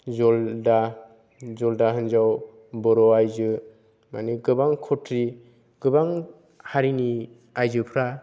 जल्दा जल्दा हिनजाव बर' आइजो माने गोबां खतरि गोबां हारिनि आइजोफोरा